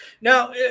now